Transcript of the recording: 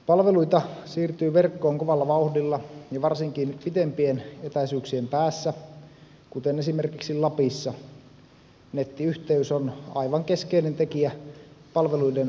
palveluita siirtyy verkkoon kovalla vauhdilla ja varsinkin pitempien etäisyyksien päässä kuten esimerkiksi lapissa nettiyhteys on aivan keskeinen tekijä palveluiden saavutettavuuden kannalta